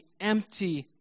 empty